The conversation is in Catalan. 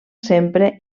sempre